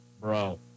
bro